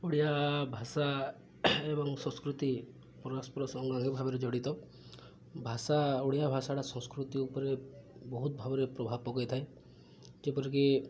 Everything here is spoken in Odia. ଓଡ଼ିଆ ଭାଷା ଏବଂ ସଂସ୍କୃତି ପରସ୍ପର ସଙ୍ଗେ ଭାବରେ ଜଡ଼ିତ ଭାଷା ଓଡ଼ିଆ ଭାଷାଟା ସଂସ୍କୃତି ଉପରେ ବହୁତ ଭାବରେ ପ୍ରଭାବ ପକେଇଥାଏ ଯେପରିକି